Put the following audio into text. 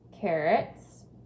carrots